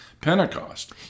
Pentecost